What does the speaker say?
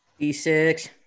D6